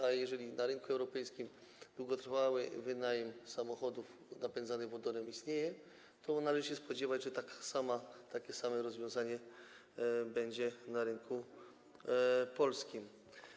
A jeżeli na rynku europejskim długotrwały wynajem samochodów napędzanych wodorem istnieje, to należy się spodziewać, że takie samo rozwiązanie będzie na rynku polskim.